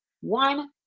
one